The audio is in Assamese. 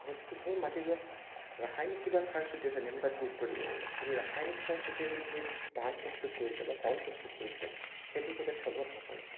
গতিকে সেই মাটিডৰাত ৰাসায়নিক কিবা সাৰ ছটিয়াইছে নেকি আমি তাত গুৰুত্ব দিব লাগিব যদি ৰাসায়নিক সাৰ ছটিয়াই পিনি সেই ধান প্ৰস্তুত কৰিছে বা চাউল প্ৰস্তুত কৰিছে সেইটো কেতিয়াও থলুৱাত নপৰে